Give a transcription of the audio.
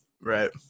right